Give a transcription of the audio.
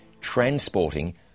transporting